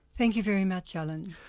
thank you very much, alan.